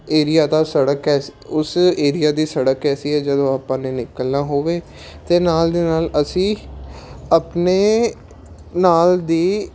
area ਦਾ ਸੜਕ ਕੈਸ ਉਸ ਏਰੀਆ ਦੀ ਸੜਕ ਐਸੀ ਹੈ ਜਦੋਂ ਆਪਾਂ ਨੇ ਨਿਕਲਣਾ ਹੋਵੇ ਤਾਂ ਨਾਲ ਦੀ ਨਾਲ ਅਸੀਂ ਆਪਣੇ ਨਾਲ ਦੀ